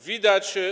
Widać.